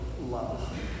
love